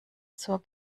zur